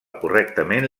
correctament